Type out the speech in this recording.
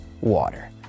water